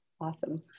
awesome